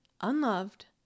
unloved